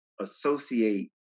associate